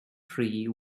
tree